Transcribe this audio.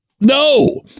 No